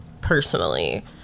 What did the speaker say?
personally